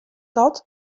gat